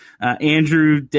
Andrew